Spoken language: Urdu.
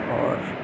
اور